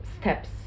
steps